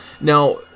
now